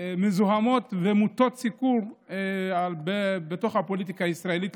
מזוהמות ומוטות-סיקור בתוך הפוליטיקה הישראלית,